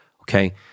Okay